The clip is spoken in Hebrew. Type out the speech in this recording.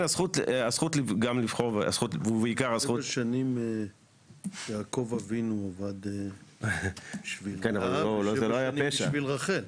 שבע שנים יעקב אבינו עבד בשביל לאה ושבע שנים בשביל רחל.